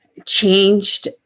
changed